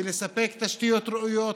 ולספק תשתיות ראויות,